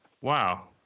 Wow